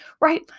Right